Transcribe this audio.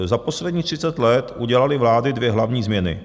Za posledních třicet let udělaly vlády dvě hlavní změny.